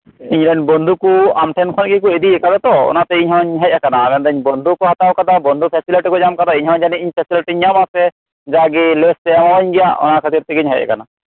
ᱤᱧᱨᱮᱱ ᱵᱚᱱᱫᱷᱩᱠᱚ ᱟᱢᱴᱷᱮᱱ ᱠᱷᱚᱱ ᱜᱮᱠᱚ ᱤᱫᱤᱭᱟᱠᱟᱫᱟᱛᱚ ᱚᱱᱟᱛᱮ ᱤᱧᱦᱚᱧ ᱦᱮᱡ ᱟᱠᱟᱱᱟ ᱢᱮᱱᱫᱟᱹᱧ ᱵᱚᱱᱫᱷᱩ ᱠᱚ ᱦᱟᱛᱟᱣ ᱟᱠᱟᱫᱟ ᱵᱚᱱᱫᱷᱩ ᱯᱷᱮᱥᱮᱞᱮᱴᱤ ᱠᱚ ᱧᱟᱢ ᱟᱠᱟᱫᱟ ᱤᱧᱦᱚ ᱡᱟᱹᱱᱤᱡ ᱯᱷᱮᱥᱮᱞᱮᱴᱤ ᱧ ᱧᱟᱢ ᱟᱥᱮ ᱡᱟᱜᱤ ᱞᱮᱥᱯᱮ ᱤᱢᱟᱹᱧ ᱜᱮᱭᱟ ᱚᱱᱟ ᱠᱷᱟᱹᱛᱤᱨ ᱛᱮᱜᱮᱧ ᱦᱮᱡ ᱟᱠᱟᱱᱟ